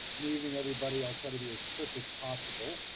and evening everybody. i'll try to be as quick as possible.